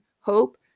hope